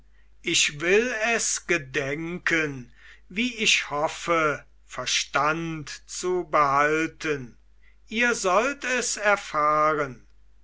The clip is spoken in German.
ich will es gedenken wie ich hoffe verstand zu behalten ihr sollt es erfahren